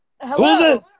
Hello